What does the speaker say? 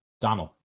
Donald